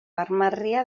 armarria